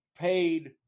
paid